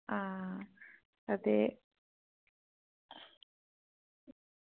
हां ते